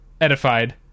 edified